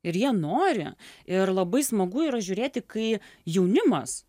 ir jie nori ir labai smagu yra žiūrėti kai jaunimas